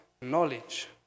knowledge